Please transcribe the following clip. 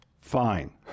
fine